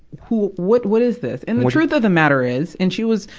who, what, what is this? and the truth of the matter is, and she was,